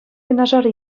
юнашар